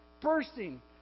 bursting